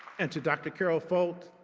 and to dr. carol folt,